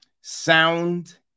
Sound